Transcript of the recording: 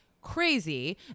crazy